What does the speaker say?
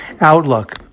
outlook